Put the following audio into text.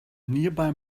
nearby